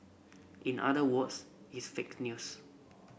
in other words it's fake news